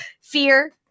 Fear